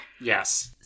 Yes